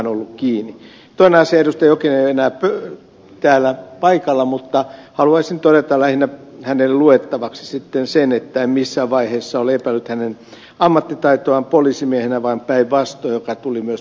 jokinen ei ole enää täällä paikalla mutta haluaisin todeta lähinnä hänelle luettavaksi sitten sen että en missään vaiheessa ole epäillyt hänen ammattitaitoaan poliisimiehenä vaan päinvastoin mikä tuli myös puheenvuorossani esille